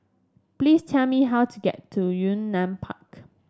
please tell me how to get to Yunnan Park